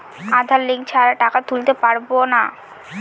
আধার link ছাড়া টাকা তুলতে পারব না?